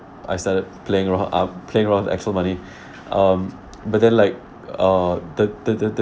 I started playing around uh playing around with actual money um but then like uh the the the